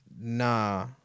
Nah